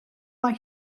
mae